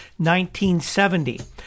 1970